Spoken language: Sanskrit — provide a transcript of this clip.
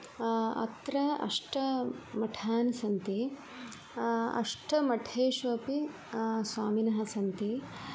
अत्र अष्टमठानि सन्ति अष्टमठेषु अपि स्वामिनः सन्ति